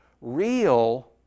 Real